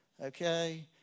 Okay